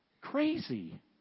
Crazy